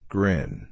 Grin